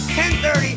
10.30